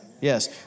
Yes